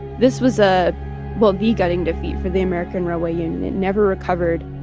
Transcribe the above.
this was a well, the gutting defeat for the american railway union. it never recovered.